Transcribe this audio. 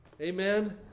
Amen